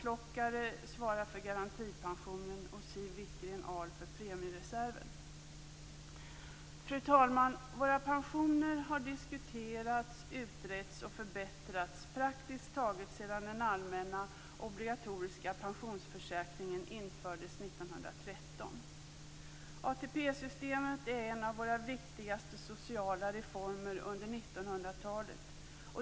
Lennart Fru talman! Våra pensioner har diskuterats, utretts och förbättrats praktiskt taget sedan den allmänna obligatoriska pensionsförsäkringen infördes 1913. ATP-systemet är en av våra viktigaste sociala reformer under 1900-talet.